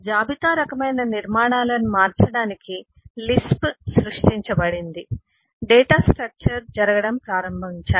జాబితా రకమైన నిర్మాణాలను మార్చటానికి లిస్ప్ సృష్టించబడింది డేటా స్ట్రక్చర్ జరగడం ప్రారంభించాయి